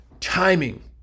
Timing